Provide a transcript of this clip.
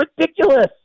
ridiculous